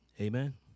Amen